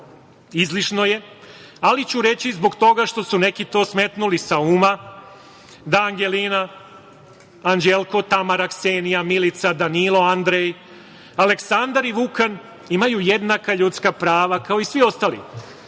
kraju izlišno je, ali ću reći zbog toga što su neki to smetnuli sa uma, da Angelina, Anđelko, Tamara, Ksenija, Milica, Danilo, Andrej, Aleksandar i Vukan imaju jednaka ljudska prava kao i svi ostali.